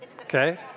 Okay